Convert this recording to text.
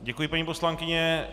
Děkuji, paní poslankyně.